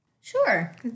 Sure